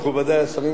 מכובדי השרים,